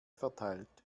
verteilt